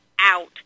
out